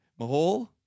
Mahol